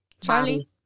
Charlie